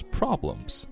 problems